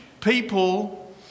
people